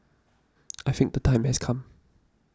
I think the time has come